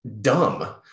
dumb